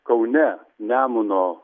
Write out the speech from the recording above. kaune nemuno